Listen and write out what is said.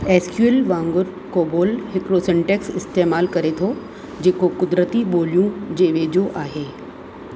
S Q L वांगुरु COBOL हिकिड़ो syntax इस्तेमाल करे थो जेको कुदरती ॿोलियूं जे वेझो आहे